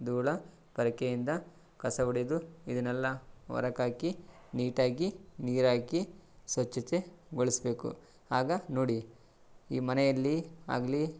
ಧೂಳು ಪೊರಕೆಯಿಂದ ಕಸ ಹೊಡೆದು ಇದನ್ನೆಲ್ಲ ಹೊರಕ್ ಹಾಕಿ ನೀಟಾಗಿ ನೀರು ಹಾಕಿ ಸ್ವಚ್ಛತೆಗೊಳಿಸಬೇಕು ಆಗ ನೋಡಿ ಈ ಮನೆಯಲ್ಲಿ ಆಗಲಿ